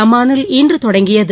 அம்மானில் இன்று தொடங்கியது